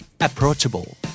Approachable